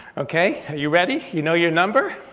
okay, are you ready? you know your number?